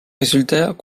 résultat